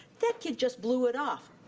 that kid just blew it off.